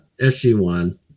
SG1